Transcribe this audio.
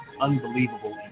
unbelievable